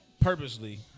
Purposely